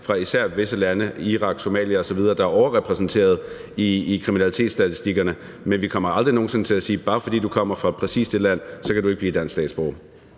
fra især visse lande – Irak, Somalia osv. – der er overrepræsenteret i kriminalitetsstatistikkerne. Men vi kommer aldrig nogen sinde til at sige, at bare fordi du kommer fra præcis det land, kan du ikke blive dansk statsborger.